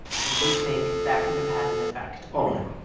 do you think that could have had an effect? oh,